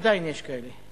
עדיין יש כאלה.